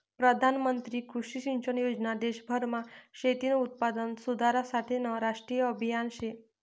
प्रधानमंत्री कृषी सिंचन योजना देशभरमा शेतीनं उत्पादन सुधारासाठेनं राष्ट्रीय आभियान शे